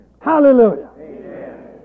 Hallelujah